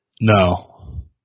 No